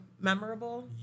memorable